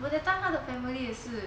but that time 他的 family 也是